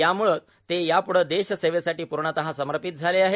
यामुळेच ते यापूढं देशसेवेसाठी पूर्णतः सर्मपीत झाले आहेत